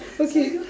okay